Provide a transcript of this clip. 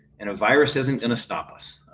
and a virus isn't gonna stop us.